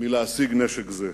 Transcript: להשיג נשק זה.